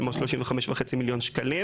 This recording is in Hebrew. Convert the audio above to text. כלומר 35.5 מיליון שקלים.